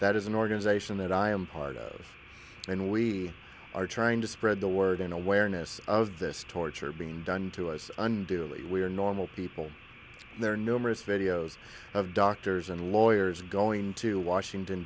that is an organization that i am part of and we are trying to spread the word an awareness of this torture being done to us unduly we are normal people there are numerous videos of doctors and lawyers going to washington